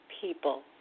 people